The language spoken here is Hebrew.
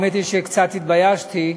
האמת היא שקצת התביישתי.